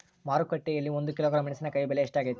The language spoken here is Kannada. ಮಾರುಕಟ್ಟೆನಲ್ಲಿ ಒಂದು ಕಿಲೋಗ್ರಾಂ ಮೆಣಸಿನಕಾಯಿ ಬೆಲೆ ಎಷ್ಟಾಗೈತೆ?